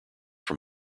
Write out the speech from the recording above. from